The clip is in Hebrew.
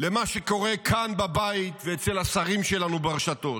למה שקורה כאן בבית ואצל השרים שלנו ברשתות.